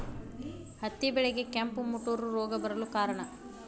ಹತ್ತಿ ಬೆಳೆಗೆ ಕೆಂಪು ಮುಟೂರು ರೋಗ ಬರಲು ಕಾರಣ?